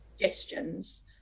suggestions